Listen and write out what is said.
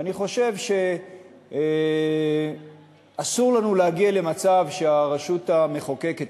ואני חושב שאסור לנו להגיע למצב שהרשות המחוקקת,